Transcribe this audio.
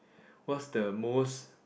what's the most